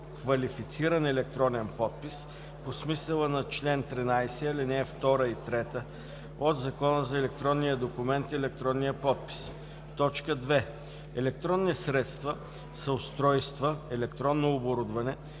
квалифициран електронен подпис по смисъла на чл. 13, ал. 2 и 3 от Закона за електронния документ и електронния подпис. 2. „Електронни средства“ са устройства (електронно оборудване)